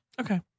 Okay